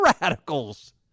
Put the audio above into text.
radicals